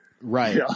Right